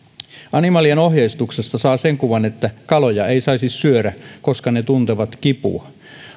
animalian ohjeistuksesta saa sen kuvan että kaloja ei saisi syödä koska ne tuntevat kipua